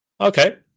Okay